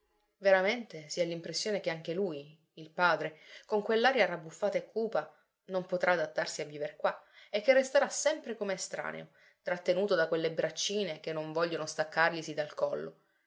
si ha l'impressione che anche lui il padre con quell'aria rabbuffata e cupa non potrà adattarsi a viver qua e che resterà sempre come estraneo trattenuto da quelle braccine che non vogliono staccarglisi dal collo